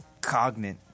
cognate